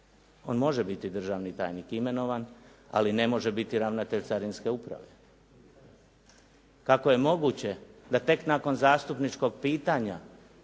On može biti državni tajnik imenovan, ali ne može biti ravnatelj carinske uprave. Kako je moguće da tek nakon zastupničkog pitanja